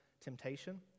temptation